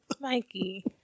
Mikey